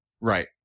Right